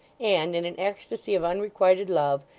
and, in an ecstasy of unrequited love,